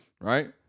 right